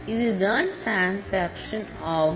இதுதான் டிரன்சாக்சன் ஆகும்